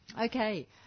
Okay